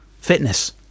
fitness